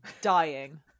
dying